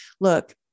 look